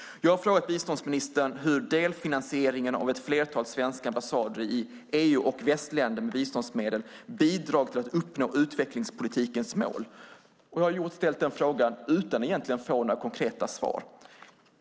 Jag har frågat biståndsministern hur delfinansieringen av ett flertal svenska ambassader i EU och västländer med biståndsmedel bidragit till att uppnå utvecklingspolitikens mål, dock utan att egentligen få några konkreta svar.